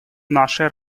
нашей